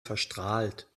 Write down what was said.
verstrahlt